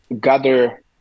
gather